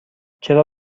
چرا